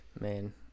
Man